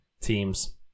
Teams